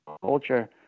Culture